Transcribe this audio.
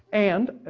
and,